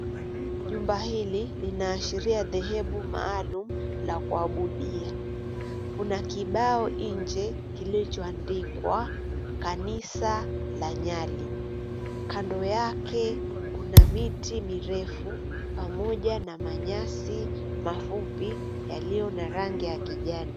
Jumba hili linaashiria dhehebu maalum la kuabudia. Kuna kibao nje kilichoandikwa Kanisa la Nyali. Kando yake kuna miti mirefu pamoja na manyasi mafupi, yaliyo na rangi ya kijani.